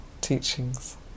teachings